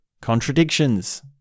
contradictions